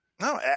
No